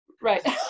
Right